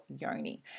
yoni